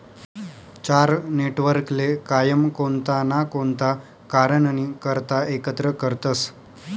चार नेटवर्कले कायम कोणता ना कोणता कारणनी करता एकत्र करतसं